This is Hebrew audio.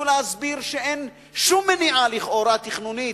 להסביר שלכאורה אין שום מניעה תכנונית,